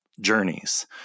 journeys